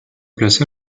place